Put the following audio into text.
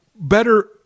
better